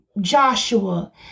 Joshua